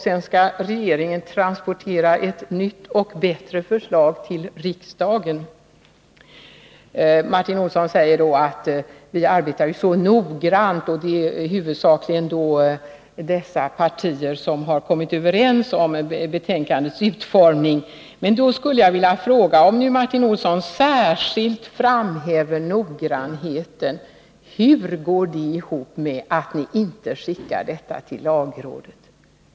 Sedan skall regeringen transportera ett nytt och bättre förslag till riksdagen. Martin Olsson säger att vi i utskottet arbetar så noggrant. Det gäller huvudsakligen de partier som har kommit överens om betänkandets utformning. Jag skulle vilja fråga — om Martin Olsson nu särskilt framhäver noggrannheten — följande: Hur går det ihop att ni inte skickar detta till lagrådet?